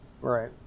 Right